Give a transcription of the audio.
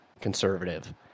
conservative